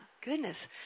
goodness